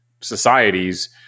societies